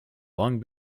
long